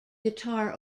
guitar